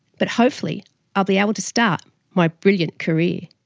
but hopefully i'll be able to start my brilliant career.